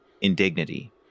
indignity